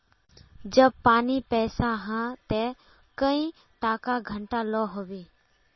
जब पानी पैसा हाँ ते कई टका घंटा लो होबे?